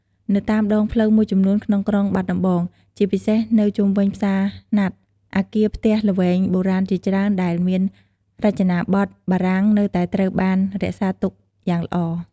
នៅតាមដងផ្លូវមួយចំនួនក្នុងក្រុងបាត់ដំបង ជាពិសេសនៅជុំវិញផ្សារណាត់ អគារផ្ទះល្វែងបុរាណជាច្រើនដែលមានរចនាបថបារាំងនៅតែត្រូវបានរក្សាទុកយ៉ាងល្អ។